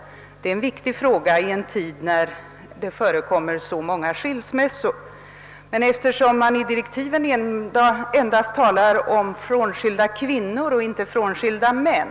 Detta är en viktig fråga med hänsyn till att så stora skiljaktigheter föreligger. I direktiven till pensionsförsäkringskommittén talas endast om frånskilda kvinnor och inte om frånskilda män.